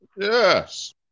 Yes